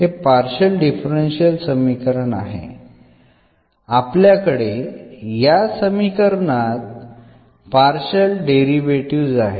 हे partial differential समीकरण आहे आपल्याकडे या समीकरणात पार्शल डेरिव्हेटीव्ह आहेत